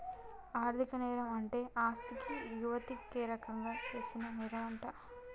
ఆర్ధిక నేరం అంటే ఆస్తికి యతిరేకంగా చేసిన నేరంమంట